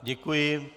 Děkuji.